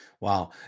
Wow